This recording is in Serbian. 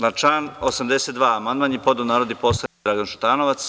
Na član 82. amandman je podneo narodni poslanik Dragan Šutanovac.